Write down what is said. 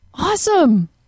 Awesome